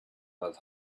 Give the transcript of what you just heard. was